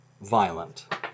violent